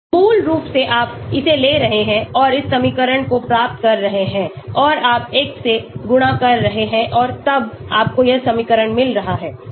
मूल रूप से आप इसे ले रहे हैं और इस समीकरण को प्राप्त कर रहे हैं और आप x से गुणा कर रहे हैं और तब आपको यह समीकरण मिल रहा है